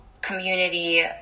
community